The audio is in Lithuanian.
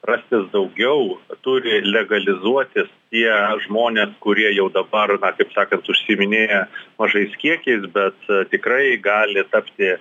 rastis daugiau turi legalizuotis tie žmonės kurie jau dabar kaip sakant užsiiminėja mažais kiekiais bet tikrai gali tapti